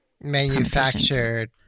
manufactured